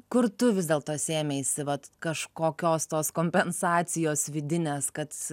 kur tu vis dėlto sėmeisi vat kažkokios tos kompensacijos vidinės kad